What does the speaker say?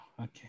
okay